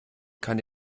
kann